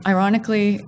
Ironically